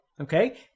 okay